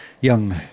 young